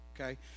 okay